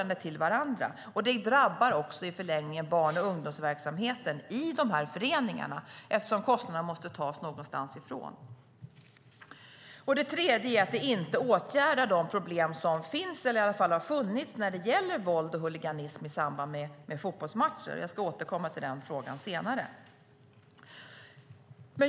Det drabbar också i förlängningen barn och ungdomsverksamheten i de här föreningarna eftersom kostnaderna måste tas någonstans ifrån. Det tredje skälet är att det inte åtgärdar de problem som finns, eller i alla fall har funnits, när det gäller våld och huliganism i samband med fotbollsmatcher. Jag ska återkomma till den frågan senare.